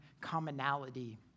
commonality